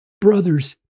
Brothers